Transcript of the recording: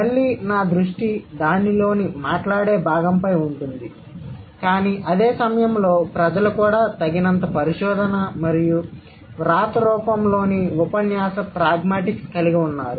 మళ్ళీ నా దృష్టి దానిలోని మాట్లాడే భాగంపై ఉంటుంది కానీ అదే సమయంలో ప్రజలు కూడా తగినంత పరిశోధన మరియు వ్రాత రూపంలోని ఉపన్యాస ప్రాగ్మాటిక్స్ కలిగి ఉన్నారు